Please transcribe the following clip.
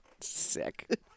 sick